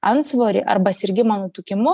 antsvorį arba sirgimą nutukimu